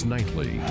Nightly